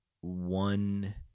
one